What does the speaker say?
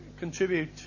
contribute